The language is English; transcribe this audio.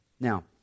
Now